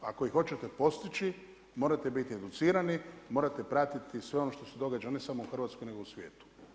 Ako ih hoćete postići morate biti educirani, morate pratiti sve ono što se događa, ne samo u Hrvatskoj nego i u svijetu.